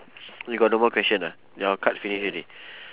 you got no more question ah your card finish already